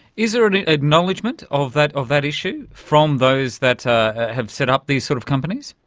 is there an acknowledgement of that of that issue from those that have set up these sort of companies?